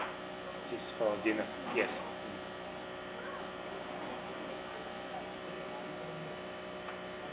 it's for dinner yes